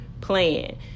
plan